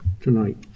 tonight